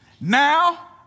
Now